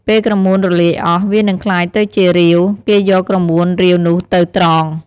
ពេលក្រមួនរលាយអស់ វានឹងក្លាយទៅជារាវ គេយកក្រមួនរាវនោះទៅត្រង។